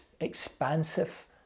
expansive